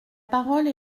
parole